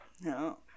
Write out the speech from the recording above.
No